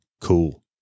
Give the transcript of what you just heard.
Cool